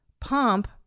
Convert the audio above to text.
pump